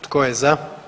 Tko je za?